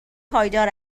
پایدار